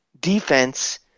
defense